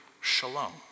shalom